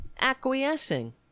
acquiescing